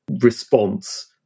response